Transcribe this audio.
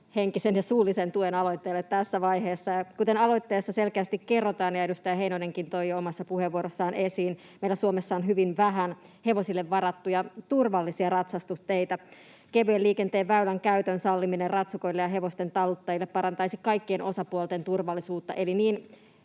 henkisen ja suullisen tuen aloitteelle tässä vaiheessa. Kuten aloitteessa selkeästi kerrotaan ja edustaja Heinonenkin toi omassa puheenvuorossaan esiin, meillä Suomessa on hyvin vähän hevosille varattuja turvallisia ratsastusteitä. Kevyen liikenteen väylän käytön salliminen ratsukoille ja hevosten taluttajille parantaisi kaikkien osapuolten turvallisuutta